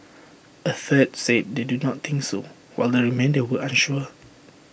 A third said they do not think so while the remainder were unsure